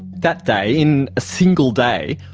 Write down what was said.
that day, in a single day,